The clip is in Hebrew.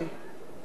אינו נוכח